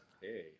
Hey